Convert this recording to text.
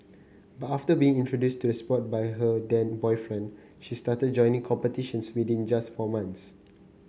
but after being introduced to the sport by her then boyfriend she started joining competitions within just four months